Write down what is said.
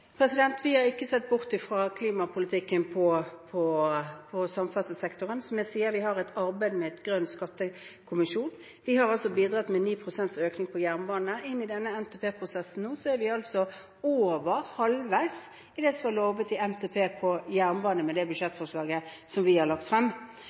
Vi har ikke sett bort fra klimapolitikken på samferdselssektoren. Som jeg sier, har vi et arbeid med en grønn skattekommisjon. Vi har bidratt med 9 pst. økning på jernbane. Inn i denne NTP-prosessen er vi nå over halvveis i det som var lovet i NTP på jernbane med det